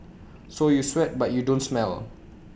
so you sweat but you don't smell